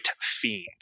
fiend